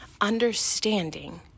Understanding